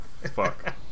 fuck